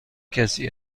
کسی